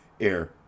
air